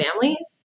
families